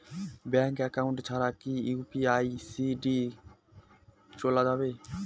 Bank account ছাড়া কি UPI ID চোলা যাবে?